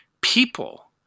people